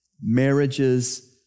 marriage's